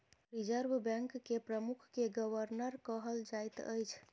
reserve Bank के प्रमुख के गवर्नर कहल जाइत अछि